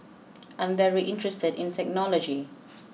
I'm very interested in technology